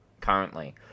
currently